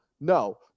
no